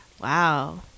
Wow